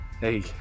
Hey